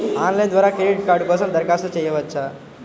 Online ద్వారా credit card కోసం దరఖాస్తు చేయవచ్చా?